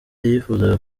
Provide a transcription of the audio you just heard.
yifuzaga